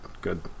good